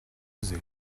oser